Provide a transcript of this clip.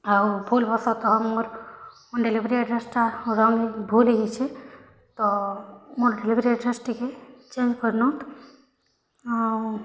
ଆଉ ଭୁଲ୍ବଶତଃ ମୋର୍ ଡେଲିଭରୀ ଆଡ୍ରେସ୍ଟା ରଙ୍ଗ୍ ଭୁଲ୍ ହେଇଯାଇଛେ ତ ମୋର୍ ଡେଲିଭରୀ ଆଡ୍ରେସ୍ ଟିକେ ଚେଞ୍ଜ୍ କରି ନଉନ୍ ଆଉ